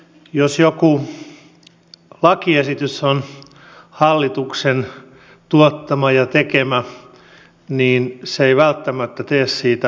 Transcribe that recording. jos joku lakiesitys on hallituksen tuottama ja tekemä niin se ei välttämättä tee siitä hyvää esitystä